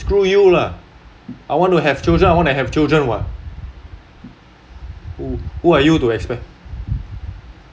I say screw you lah I want to have children I want to have children [what] who who are you to expect